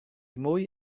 mwy